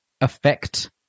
affect